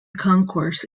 concourse